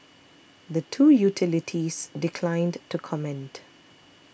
the two utilities declined to comment